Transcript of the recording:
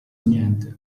niente